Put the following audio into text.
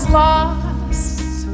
lost